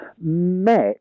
met